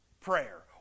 prayer